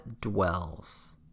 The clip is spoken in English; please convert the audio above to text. dwells